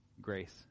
Grace